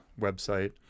website